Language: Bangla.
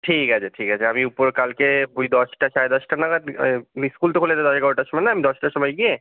ঠিক আছে ঠিক আছে আমি উপর কালকে ওই দশটা সাড়ে দশটা নাগাদ স্কুল তো খোলে সাড়ে এগারোটার সময় না আমি দশটার সময় গিয়ে